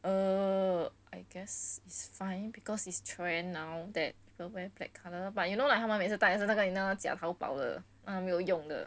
err I guess it's funny because it's trend now that don't wear black colour but you know like 他们每次戴的是那个 inner 假淘宝的那个没有用的